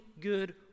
good